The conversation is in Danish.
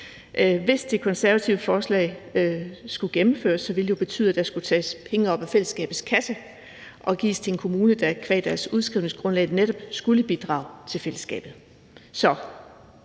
Hvis det konservative forslag skulle gennemføres, ville det jo betyde, at der skulle tages penge op af fællesskabets kasse og gives til en kommune, der på grund af deres udskrivningsgrundlag netop skulle bidrage til fællesskabet.